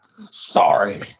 Sorry